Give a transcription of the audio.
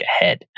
ahead